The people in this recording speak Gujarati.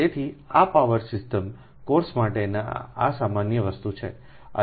તેથી આ પાવર સિસ્ટમ કોર્સ માટેની આ સામાન્ય વસ્તુ છે